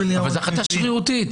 אבל זו החלטה שרירותית.